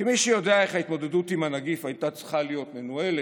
כמי שיודע איך ההתמודדות עם הנגיף הייתה צריכה להיות מנוהלת,